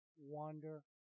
wander